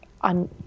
on –